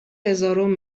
هزارم